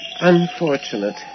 unfortunate